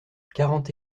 quarante